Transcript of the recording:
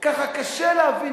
ככה קשה להבין.